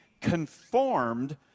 conformed